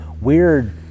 weird